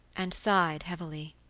and sighed heavily.